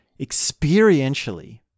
experientially